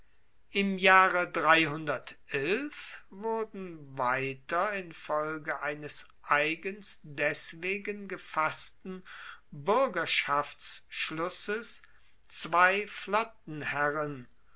im jahre wurden weiter infolge eines eigens deswegen gefassten buergerschaftsschlusses zwei